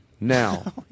Now